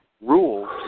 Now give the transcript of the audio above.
rules